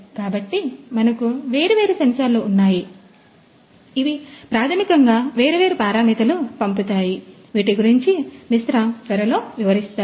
కాబట్టి మనకు వేర్వేరు సెన్సార్లు ఉన్నాయి ఇవి ప్రాథమికంగా వేర్వేరు పారామితులు పంపుతాయి వీటి గురించి మిశ్రా త్వరలో వివరిస్తారు